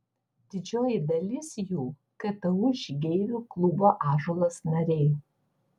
didžioji dalis jų ktu žygeivių klubo ąžuolas nariai